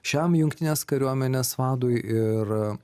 šiam jungtinės kariuomenės vadui ir